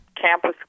Campus